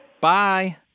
Bye